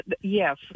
yes